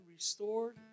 Restored